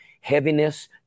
heaviness